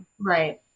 Right